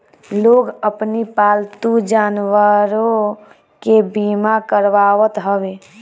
लोग अपनी पालतू जानवरों के बीमा करावत हवे